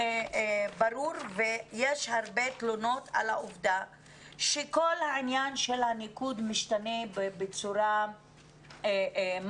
יש הרבה תלונות על העובדה שכל העניין של הניקוד משתנה בצורה מתמדת,